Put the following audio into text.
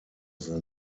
than